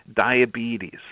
diabetes